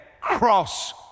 cross